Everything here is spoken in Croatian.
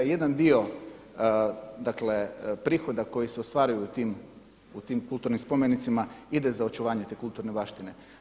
Jedan dio dakle prihoda koji se ostvaruju u ti kulturnim spomenicima ide za očuvanje te kulturne baštine.